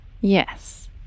Yes